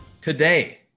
Today